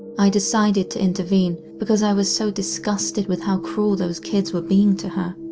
i decided to intervene because i was so disgusted with how cruel those kids were being to her.